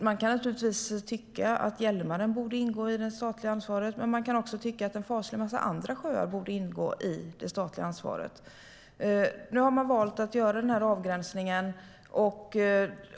Man kan naturligtvis tycka att Hjälmaren borde ingå i det statliga ansvaret, men man kan också tycka att en faslig massa andra sjöar borde ingå i det statliga ansvaret. Nu har man valt att göra den avgränsningen.